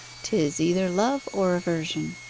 tis either love or aversion